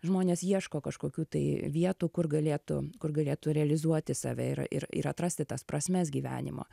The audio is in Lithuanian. žmonės ieško kažkokių tai vietų kur galėtų kur galėtų realizuoti save ir ir ir atrasti tas prasmes gyvenimo